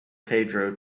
pedro